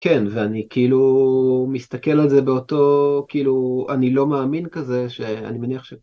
כן, ואני כאילו מסתכל על זה באותו, כאילו, אני לא מאמין כזה, שאני מניח ש...